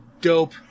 dope